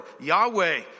Yahweh